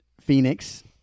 Phoenix